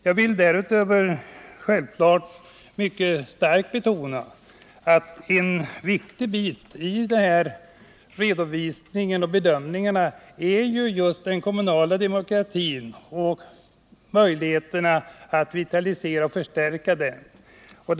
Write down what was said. Jag vill därutöver självklart mycket starkt betona att en viktig bit i dessa bedömningar är möjligheterna att vitalisera och förstärka den kommunala demokratin.